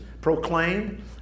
proclaimed